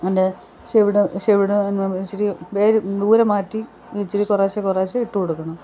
അതിൻ്റെ ചുവട് ചുവട് ഇച്ചിരി വേര് ദൂരെ മാറ്റി ഇച്ചിരി കുറേശ്ശേ കുറേശ്ശേ ഇട്ട് കൊടുക്കണം